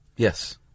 Yes